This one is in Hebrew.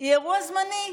היא אירוע זמני,